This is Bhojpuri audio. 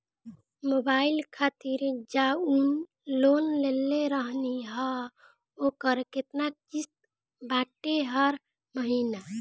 मोबाइल खातिर जाऊन लोन लेले रहनी ह ओकर केतना किश्त बाटे हर महिना?